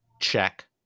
check